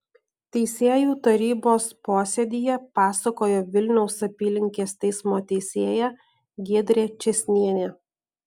teisėjų tarybos posėdyje pasakojo vilniaus apylinkės teismo teisėja giedrė čėsnienė